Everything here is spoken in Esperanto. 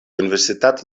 universitato